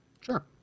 Sure